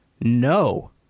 no